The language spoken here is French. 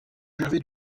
gervais